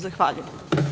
Zahvaljujem.